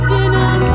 Dinner